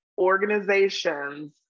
organizations